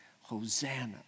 Hosanna